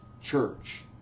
church